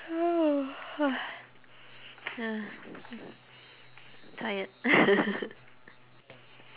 tired